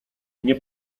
nie